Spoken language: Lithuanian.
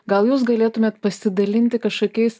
gal jūs galėtumėt pasidalinti kažkokiais